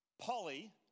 Polly